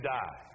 die